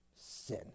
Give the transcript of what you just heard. sin